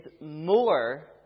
more